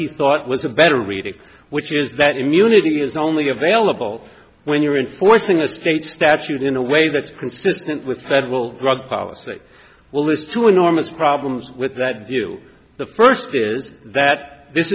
he thought was a better reading which is that immunity is only available when you're in forcing a state statute in a way that's consistent with federal drug policy well these two enormous problems with that view the first is that this